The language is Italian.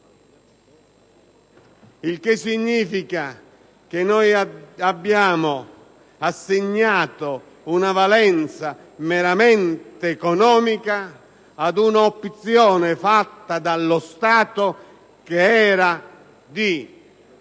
Ciò significa che abbiamo assegnato una valenza meramente economica ad un'opzione fatta dallo Stato che era di